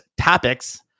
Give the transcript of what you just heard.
topics